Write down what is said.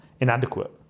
inadequate